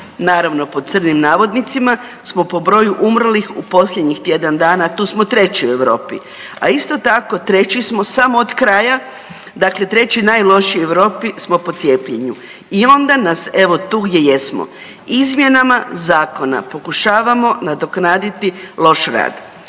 naravno pod crnim navodnicima smo po broju umrlih u posljednjih tjedan dana tu smo 2 u Europi. A isto tako 3 smo samo od kraja dakle 3 najlošiji u Europi smo po cijepljenju i onda nas evo tu gdje jesmo. Izmjenama zakona pokušavamo nadoknaditi loš rad.